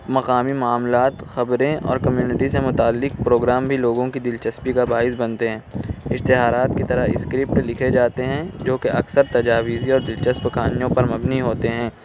مقامی معاملات خبریں اور کمیونٹی سے متعلق پروگرام بھی لوگوں کی دلچسپی کا باعث بنتے ہیں اشتہارات کی طرح اسکرپٹ لکھے جاتے ہیں جوکہ اکثر تجاویز اور دلچسپ کہانیوں پر مبنی ہوتے ہیں